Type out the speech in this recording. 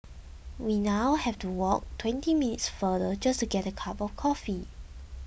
we now have to walk twenty minutes farther just to get a cup of coffee